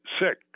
sick